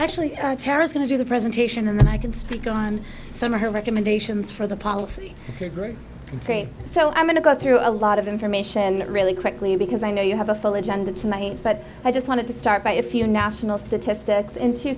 actually tara's going to do the presentation and then i can speak on some of her recommendations for the policy group so i'm going to go through a lot of information really quickly because i know you have a full agenda tonight but i just wanted to start by a few national statistics in two